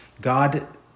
God